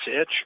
itch